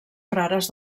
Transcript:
frares